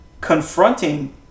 confronting